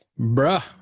Bruh